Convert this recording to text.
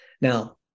Now